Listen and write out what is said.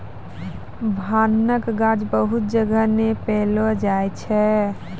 भांगक गाछ बहुत जगह नै पैलो जाय छै